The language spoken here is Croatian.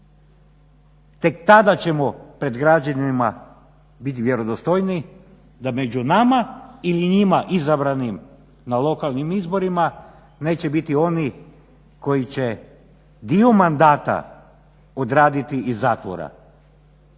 Tek tada ćemo pred građanima biti vjerodostojniji da među nama ili njima izabranim na lokalnim izborima neće biti onih koji će dio mandata odraditi iz zatvora.